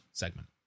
segment